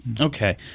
Okay